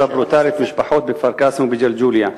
ברוטלית משפחות בכפר-קאסם ובג'לג'וליה.